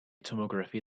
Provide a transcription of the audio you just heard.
tomography